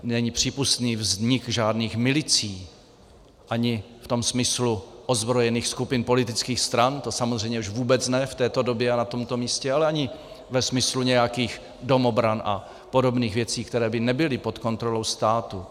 Není přípustný vznik žádných milicí, ani v tom smyslu ozbrojených skupin politických stran, to samozřejmě už vůbec ne v této době a na tomto místě, ale ani ve smyslu nějakých domobran a podobných věcí, které by nebyly pod kontrolou státu.